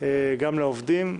גם לעובדים.